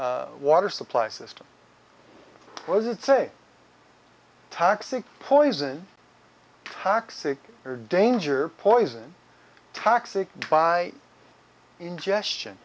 our water supply system was it's a toxic poison toxic or danger poison toxic by ingestion